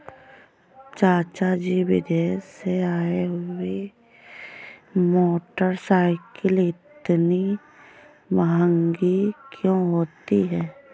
चाचा जी विदेश से आई हुई मोटरसाइकिल इतनी महंगी क्यों होती है?